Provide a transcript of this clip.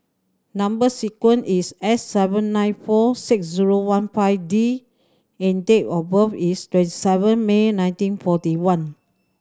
number sequence is S seven nine four six zero one five D and date of birth is twenty seven May nineteen forty one